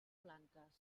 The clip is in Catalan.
blanques